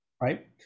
right